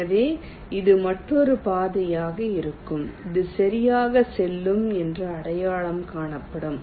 எனவே இது மற்றொரு பாதையாக இருக்கும் அது சரியாக செல்லும் என்று அடையாளம் காணப்படும்